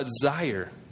desire